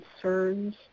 concerns